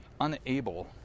unable